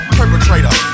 perpetrator